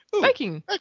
Viking